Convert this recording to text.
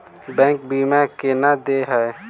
Bank बीमा केना देय है?